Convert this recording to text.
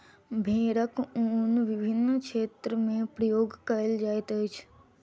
भेड़क ऊन विभिन्न क्षेत्र में उपयोग कयल जाइत अछि